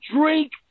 drink